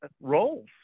roles